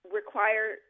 require